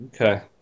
Okay